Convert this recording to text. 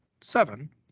seven